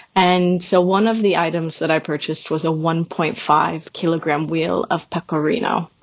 and so, one of the items that i purchased was a one point five kilogram wheel of pecorino.